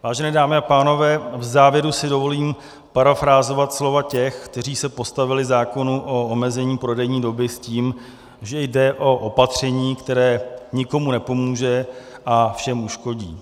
Vážené dámy a pánové, v závěru si dovolím parafrázovat slova těch, kteří se postavili zákonu o omezení prodejní doby s tím, že jde o opatření, které nikomu nepomůže a všem uškodí.